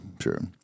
sure